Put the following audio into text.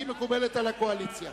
שמקובלת על הקואליציה?